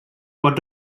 pot